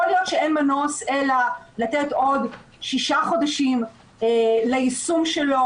יכול להיות שאין מנוס אלא לתת עוד שישה חודשים ליישום שלו